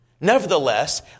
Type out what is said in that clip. Nevertheless